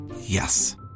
Yes